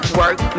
work